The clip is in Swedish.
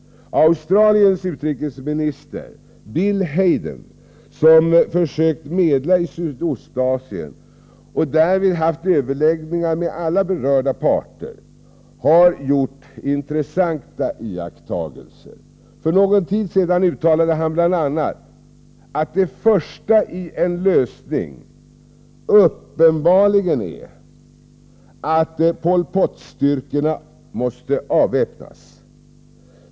Australiens utrikesminister, Bill Hayden, som försökt medla i Sydostasien och därvid haft överläggningar med alla berörda parter, har gjort intressanta iakttagelser. För någon tid sedan uttalade han bl.a. att det första ledet i en lösning uppenbarligen måste vara att Pol Pot-styrkorna avväpnas.